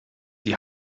die